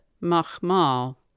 mahmal